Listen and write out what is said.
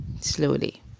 slowly